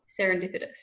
serendipitous